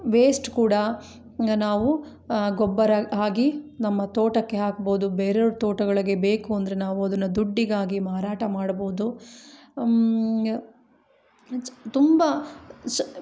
waste ಕೂಡ ನಾವು ಆ ಗೊಬ್ಬರ ಆಗಿ ನಮ್ಮ ತೋಟಕ್ಕೆ ಹಾಕ್ಬೌದು ಬೇರೆಯವ್ರ ತೋಟಗಳಿಗೆ ಬೇಕು ಅಂದರೆ ನಾವು ಅದನ್ನ ದುಡ್ಡಿಗಾಗಿ ಮಾರಾಟ ಮಾಡ್ಬೌದು ಅದು ತುಂಬ ಷ್